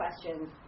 questions